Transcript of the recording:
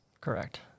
Correct